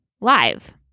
live